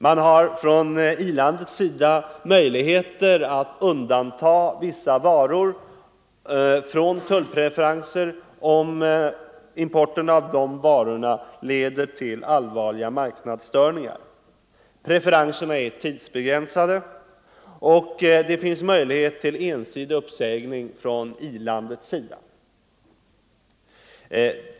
Man har från i-ländernas sida möjligheter att undanta vissa varor från tullpreferenser, om importen av de varorna leder till allvarliga marknadsstörningar. Preferenserna är givetvis begränsade, och det finns möjlighet till ensidig uppsägning från i-ländernas sida.